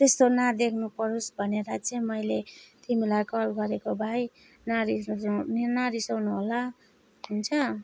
त्यस्तो नदेख्नु परोस् भनेर चाहिँ मैले तिमीलाई कल गरेको भाइ नरिसाऊ नरिसाउनु होला हुन्छ